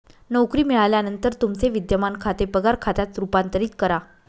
नोकरी मिळाल्यानंतर तुमचे विद्यमान खाते पगार खात्यात रूपांतरित करा